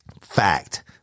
Fact